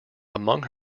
among